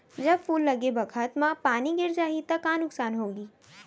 जब फूल लगे बखत म पानी गिर जाही त का नुकसान होगी?